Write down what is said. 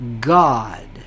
God